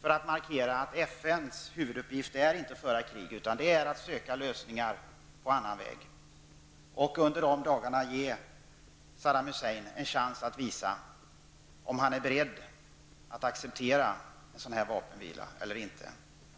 för att markera att FNs huvuduppgift inte är att föra krig utan att det är att söka andra lösningar. Under pausen skulle Saddam Hussein få en chans att visa om han är beredd att acceptera vapenvila eller ej.